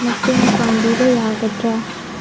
ꯃꯇꯦꯡ ꯄꯥꯡꯕꯤꯕ ꯌꯥꯒꯗ꯭ꯔꯥ